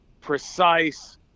precise